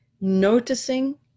noticing